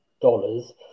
dollars